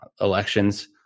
elections